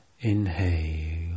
Inhale